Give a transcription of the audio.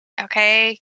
Okay